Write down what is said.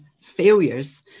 failures